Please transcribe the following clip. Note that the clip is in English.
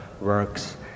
works